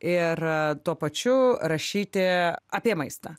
ir tuo pačiu rašyti apie maistą